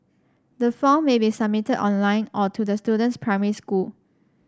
the form may be submitted online or to the student's primary school